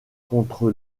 contre